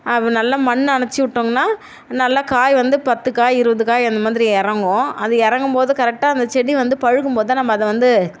நல்லா மண் அணைச்சுட்டோம்னால் நல்லா காய் வந்து பத்து காய் இருபது காய் அந்தமாதிரி இறங்கும் அது இறங்கும்போது கரெக்டாக அந்த செடி வந்து பழுக்கும்போதுதான் நம்ம அதை வந்து